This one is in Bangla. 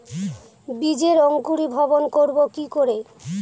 বীজের অঙ্কুরিভবন করব কি করে?